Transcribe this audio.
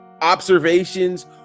observations